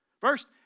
First